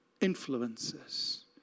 influences